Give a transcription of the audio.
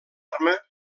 arma